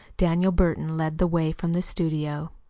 daniel burton led the way from the studio.